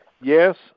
Yes